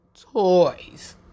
toys